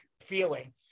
feeling